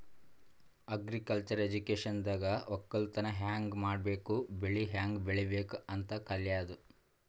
agriculture ಎಜುಕೇಶನ್ದಾಗ್ ವಕ್ಕಲತನ್ ಹ್ಯಾಂಗ್ ಮಾಡ್ಬೇಕ್ ಬೆಳಿ ಹ್ಯಾಂಗ್ ಬೆಳಿಬೇಕ್ ಅಂತ್ ಕಲ್ಯಾದು